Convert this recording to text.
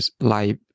life